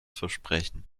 versprechen